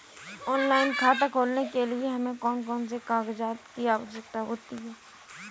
Online खाता खोलने के लिए हमें कौन कौन से कागजात की आवश्यकता होती है?